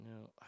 No